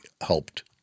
helped